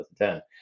2010